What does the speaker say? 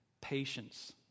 patience